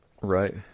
Right